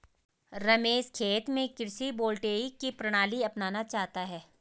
रमेश खेत में कृषि वोल्टेइक की प्रणाली अपनाना चाहता है